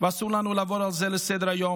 ואסור לנו לעבור על זה לסדר-היום.